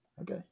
Okay